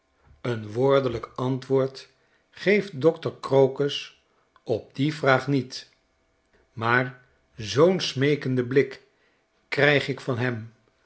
een woordelijk antwoord geeft dokter crocus op die vraag niet maar zoo'nsmeekenden blik krijg ik van hem